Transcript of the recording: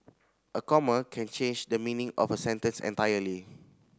a comma can change the meaning of a sentence entirely